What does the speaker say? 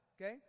okay